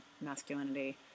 masculinity